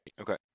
Okay